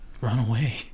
runaway